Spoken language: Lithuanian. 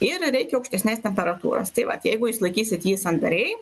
ir reikia aukštesnės temperatūros tai vat jeigu jūs laikysit jį sandariai